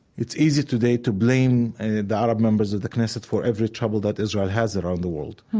it's easy today to blame the arab members of the knesset for every trouble that israel has around the world.